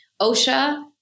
OSHA